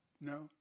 No